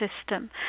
system